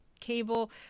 cable